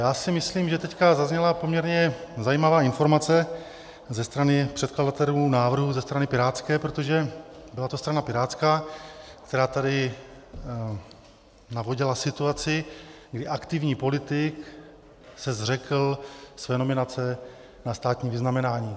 Já si myslím, že teď zazněla poměrně zajímavá informace ze strany předkladatelů návrhu ze strany pirátské, protože byla to strana pirátská, která tady navodila situaci, kdy aktivní politik se zřekl své nominace na státní vyznamenání.